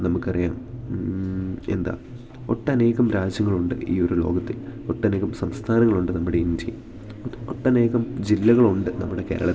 നമുക്കറിയാം എന്താ ഒട്ടനേകം രാജ്യങ്ങളുണ്ട് ഈ ഒരു ലോകത്തിൽ ഒട്ടനേകം സംസ്ഥാനങ്ങളുണ്ട് നമ്മുടെ ഇന്ത്യയിൽ ഒട്ടനേകം ജില്ലകളുണ്ട് നമ്മുടെ കേരളത്തിൽ